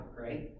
right